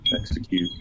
execute